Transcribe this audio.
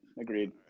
agreed